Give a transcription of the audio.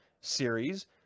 series